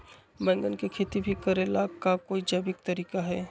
बैंगन के खेती भी करे ला का कोई जैविक तरीका है?